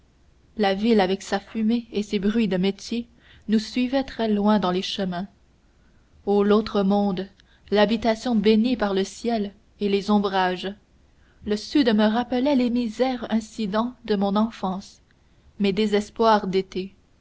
la ville avec sa fumée et ses bruits de métiers nous suivait très loin dans les chemins o l'autre monde l'habitation bénie par le ciel et les ombrages le sud me rappelait les misérables incidents de mon enfance mes désespoirs d'été